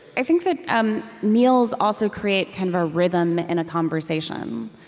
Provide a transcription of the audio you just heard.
i think that um meals also create kind of a rhythm in a conversation.